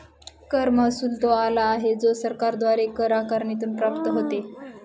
कर महसुल तो आला आहे जो सरकारद्वारे कर आकारणीतून प्राप्त होतो